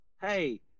Hey